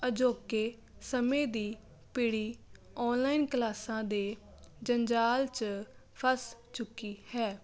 ਅਜੋਕੇ ਸਮੇਂ ਦੀ ਪੀੜ੍ਹੀ ਆਨਲਾਈਨ ਕਲਾਸਾਂ ਦੇ ਜੰਜਾਲ 'ਚ ਫਸ ਚੁੱਕੀ ਹੈ